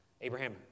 Abraham